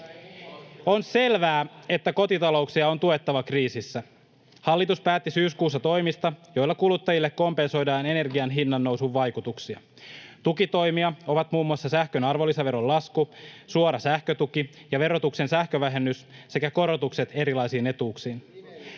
On selvää, että kotitalouksia on tuettava kriisissä. Hallitus päätti syyskuussa toimista, joilla kuluttajille kompensoidaan energian hinnannousun vaikutuksia. Tukitoimia ovat muun muassa sähkön arvonlisäveron lasku, suora sähkötuki ja verotuksen sähkövähennys sekä korotukset erilaisiin etuuksiin.